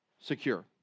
secure